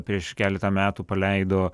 prieš keletą metų paleido